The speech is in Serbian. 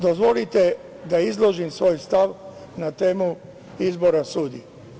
Dozvolite da izložim svoj stav, na temu izbora sudije.